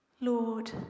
Lord